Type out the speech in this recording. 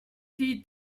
die